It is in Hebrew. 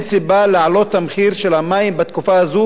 אין סיבה להעלות את מחיר המים בתקופה הזאת,